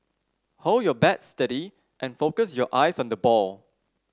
hold your bat steady and focus your eyes on the ball